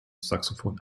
saxophon